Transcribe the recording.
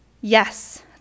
Yes